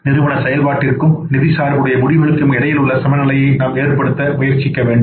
எனவே நிறுவன செயல்பாட்டிற்கும் நிதி சார்புடைய முடிவுகளுக்கும் இடையில் சமநிலையை நாம் ஏற்படுத்த வேண்டும்